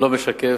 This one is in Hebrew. לא משקף.